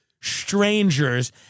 strangers